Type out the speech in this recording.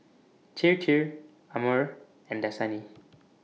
Chir Chir Amore and Dasani